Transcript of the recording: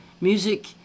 Music